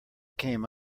came